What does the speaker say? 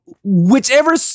whichever